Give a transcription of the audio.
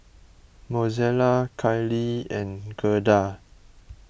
Mozella Kylie and Gerda